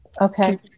Okay